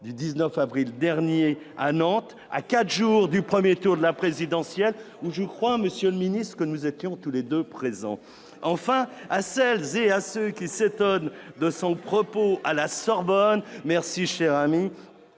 du 19 avril dernier à Nantes à 4 jours du 1er tour de la présidentielle où je crois Monsieur le Ministre, que nous étions tous les 2 présents enfin à celles et à ceux qui s'étonnent de son propos à la Sorbonne, merci cher ami